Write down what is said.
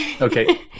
Okay